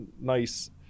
nice